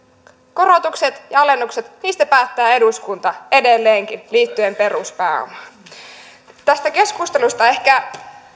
korotukset ja alennukset niistä päättää eduskunta edelleenkin liittyen peruspääomaan tästä keskustelusta ehkä